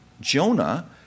Jonah